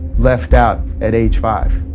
left out at age five